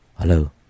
Hello